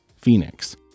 Phoenix